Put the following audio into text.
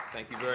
thank you